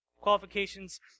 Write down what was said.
qualifications